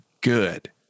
good